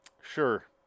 Sure